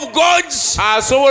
gods